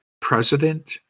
president